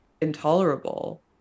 intolerable